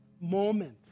moment